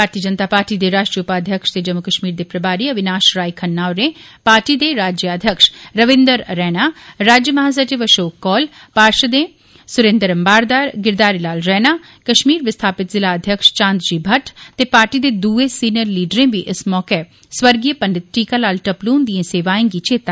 भारती Janata party दे राष्ट्रीय उपाध्यक्ष ते जम्मू कश्मीर दे प्रभारी अविनाश राय खन्ना होरें पार्टी दे राज्याध्यक्ष रवीन्द्र रैणा राज्य महासचिव अशोक कौल पारषद सुरेन्द्र अम्बारदर गिरघारी लाल रैणा कश्मीर विस्थापित जिला अघ्यक्ष चांद जी भट्ट ते पार्टी दे दूए सिनियर लीडरें बी इस मौके स्वर्गीय पंडित टीका लाल टपलू हुन्दिएं सेवीएं गी चेता कीता